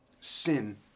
sin